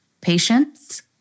patience